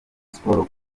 sports